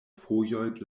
fojoj